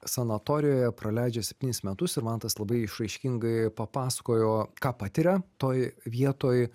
sanatorijoje praleidžia septynis metus ir mantas labai išraiškingai papasakojo ką patiria toj vietoj